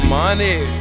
money